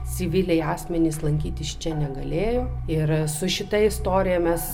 civiliai asmenys lankytis čia negalėjo yra su šita istorija mes